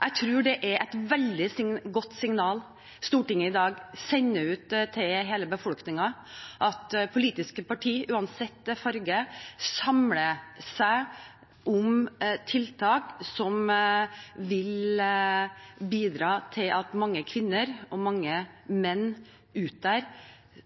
Jeg tror det er et veldig godt signal Stortinget i dag sender ut til hele befolkningen: at politiske partier – uansett farge – samler seg om tiltak som vil bidra til at mange kvinner og mange menn der ute